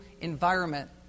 environment